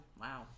Wow